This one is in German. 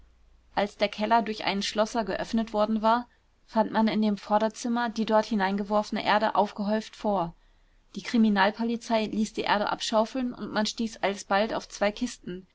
als der keller durch einen schlosser geöffnet worden war fand man in dem vorderzimmer die dort hineingeworfene erde aufgehäuft vor die kriminalpolizei ließ die erde abschaufeln und man stieß alsbald auf zwei kisten